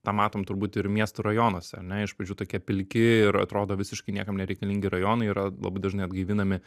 tą matom turbūt ir miestų rajonuose ar ne iš pradžių tokie pilki ir atrodo visiškai niekam nereikalingi rajonai yra labai dažnai atgaivinami